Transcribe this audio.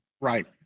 Right